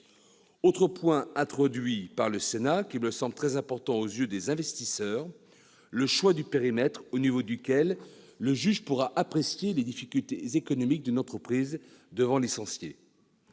Autre point introduit par le Sénat, qui me semble très important aux yeux des investisseurs : le choix du périmètre au niveau duquel le juge pourra apprécier les difficultés économiques d'une entreprise devant licencier.